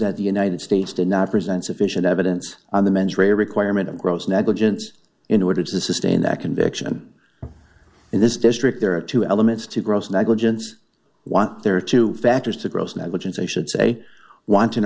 that the united states did not present sufficient evidence on the mens rea requirement of gross negligence in order to sustain that conviction in this district there are two elements to gross negligence while there are two factors to gross negligence i